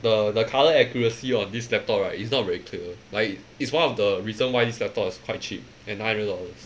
the the colour accuracy of this laptop right it's not very clear like it's one of the reason why this laptop is quite cheap at nine hundred dollars